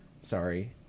sorry